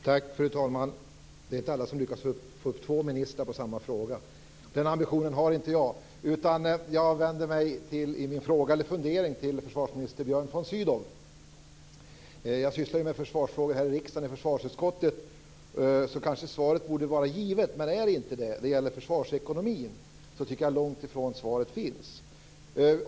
Fru talman! Det är inte alla som lyckas få upp två ministrar på samma fråga. Den ambitionen har inte jag. Jag vänder mig med min fundering till försvarsminister Björn von Sydow. Jag sysslar med försvarsfrågor i försvarsutskottet här i riksdagen, så svaret borde kanske vara givet, men det är det inte. Det gäller försvarsekonomin. Jag tycker att svaret är långt ifrån givet.